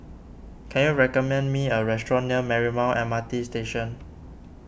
can you recommend me a restaurant near Marymount M R T Station